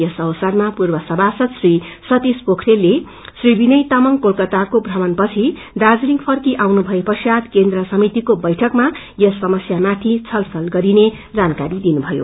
यस अवसरमा पूर्व सभाासद श्री सतिश पोखरेल श्री विनय तामाङ क्रेलकाताको भ्रमण पछि दार्जीलिङ फर्कि आउनु भए पश्चात केन्द्र समितिको बैठकमा यस समस्या माथि छलफल गरिने जानकारी दिनु भयो